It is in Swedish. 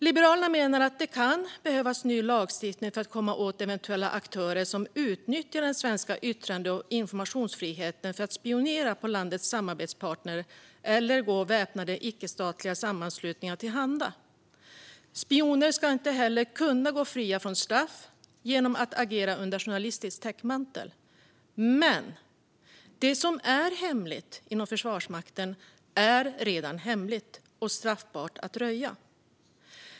Liberalerna menar att det kan behövas ny lagstiftning för att komma åt eventuella aktörer som utnyttjar den svenska yttrande och informationsfriheten för att spionera på landets samarbetspartner eller gå väpnade icke-statliga sammanslutningar till handa. Spioner ska inte heller kunna gå fria från straff genom att agera under journalistisk täckmantel. Men det som är hemligt inom Försvarsmakten är redan hemligt och straffbart att röja.